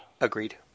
Agreed